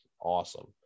Awesome